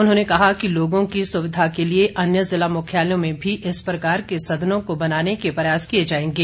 उन्होंने कहा कि लोगों की सुविधा के लिए अन्य जिला मुख्यालयों में भी इस प्रकार के सदनों को बनाने के प्रयास किए जाएंगे